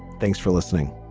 thanks for listening